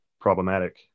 problematic